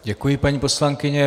Děkuji, paní poslankyně.